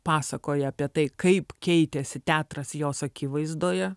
pasakoja apie tai kaip keitėsi teatras jos akivaizdoje